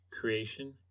Creation